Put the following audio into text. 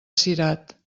cirat